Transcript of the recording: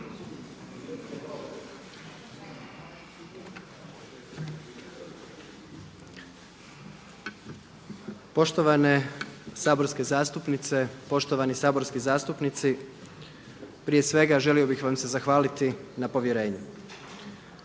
Poštovane saborske zastupnice, poštovani saborski zastupnici. Prije svega želio bih vam se zahvaliti na povjerenju.